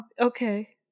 Okay